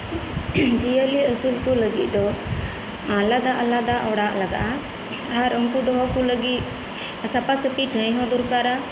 ᱡᱤᱭᱟᱹᱞᱤ ᱟᱹᱥᱩᱞᱠᱩ ᱞᱟᱹᱜᱤᱫ ᱫᱚ ᱟᱞᱟᱫᱟ ᱟᱞᱟᱫᱟ ᱚᱲᱟᱜ ᱞᱟᱜᱟᱜᱼᱟ ᱟᱨ ᱩᱱᱠᱩ ᱫᱚᱦᱚᱠᱩ ᱞᱟᱹᱜᱤᱫ ᱥᱟᱯᱟ ᱥᱟᱹᱯᱤ ᱴᱷᱟᱹᱭ ᱦᱚᱸ ᱫᱚᱨᱠᱟᱨᱟ